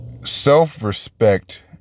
self-respect